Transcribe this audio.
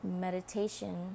Meditation